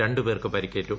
രണ്ട് പേർക്ക് പരിക്കേറ്റു